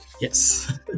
Yes